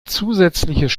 zusätzliches